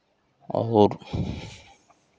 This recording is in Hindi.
और